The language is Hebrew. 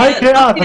מה יקרה אז?